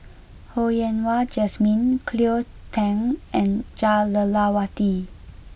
Ho Yen Wah Jesmine Cleo Thang and Jah Lelawati